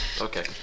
Okay